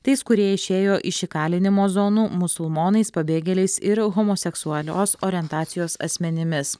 tais kurie išėjo iš įkalinimo zonų musulmonais pabėgėliais ir homoseksualios orientacijos asmenimis